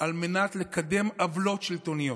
על מנת לקדם עוולות שלטוניות.